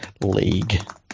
League